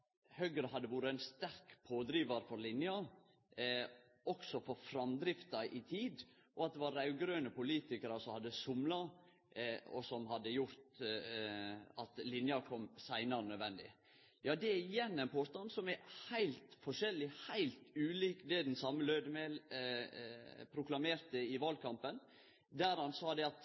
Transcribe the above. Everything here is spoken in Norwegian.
Høgre hadde vore ein sterk pådrivar for linja, også for framdrifta i tid, og at det var raud-grøne politikarar som hadde somla, og som hadde gjort at linja kom seinare enn nødvendig. Det igjen er ein påstand som er heilt forskjellig frå, heilt ulik, det den same Lødemel proklamerte i valkampen, der han tvert om gav uttrykk for at